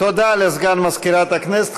תודה לסגן מזכירת הכנסת.